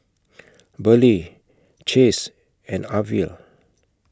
Burley Chace and Arvil